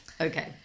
Okay